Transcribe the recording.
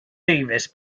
davies